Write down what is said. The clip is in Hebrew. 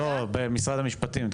לא, במשרד המשפטים.